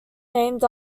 named